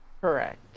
Correct